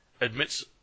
admits